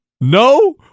no